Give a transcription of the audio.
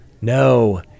no